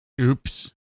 Oops